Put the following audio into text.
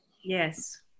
Yes